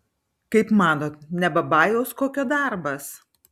kaip manot ne babajaus kokio darbas